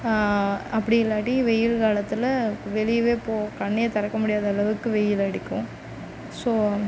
அப்படி இல்லாட்டி வெயில் காலத்தில் வெளியவே போ கண்ணே திறக்க முடியாத அளவுக்கு வெயில் அடிக்கும் ஸோ